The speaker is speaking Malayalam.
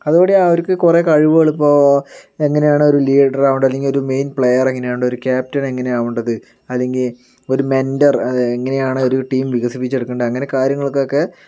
അതു കൂടി അവർക്ക് കുറെ കഴിവുകള് ഇപ്പോൾ എങ്ങനെയാണ് ഒര് ലീഡർ ആവേണ്ടത് അല്ലെങ്കിൽ ഒരു മെയിൻ പ്ലെയർ എങ്ങനെ ആവേണ്ടത് ഒരു ക്യാപ്റ്റൻ എങ്ങനെ ആവേണ്ടത് അല്ലെങ്കിൽ ഒരു മെൻറ്റർ എങ്ങനെയാണ് ഒര് ടീം വികസിപ്പിച്ചെടുക്കണ്ടേത് അങ്ങനെ കാര്യങ്ങൾക്കൊക്കെ